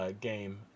game